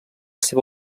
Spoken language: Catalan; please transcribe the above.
seva